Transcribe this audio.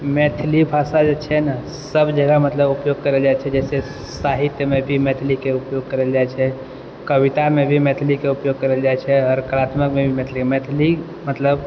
मैथिली भाषा जे छै ने सब जगह मतलब उपयोग करल जाइ छै जैसे साहित्यमे भी मैथिलीके उपयोग करल जाइ छै कवितामे भी मैथिलीके उपयोग करल जाइ छै आओर कलात्मकमे भी मैथिली मैथिली मतलब